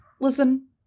listen